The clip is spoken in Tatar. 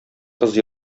кыз